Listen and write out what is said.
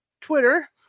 Twitter